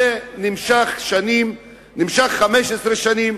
זה נמשך 15 שנים,